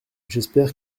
j’espère